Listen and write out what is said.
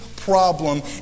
Problem